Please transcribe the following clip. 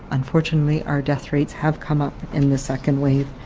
unfortunately, our death rates have come up in the second wave.